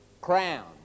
crown